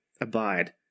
abide